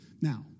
Now